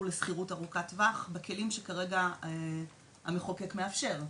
לשכירות ארוכת טווח בכלים שכרגע המחוקק מאפשר.